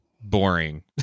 boring